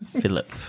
Philip